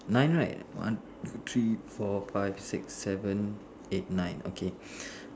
nine right one two three four five six seven eight nine okay